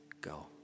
go